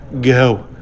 go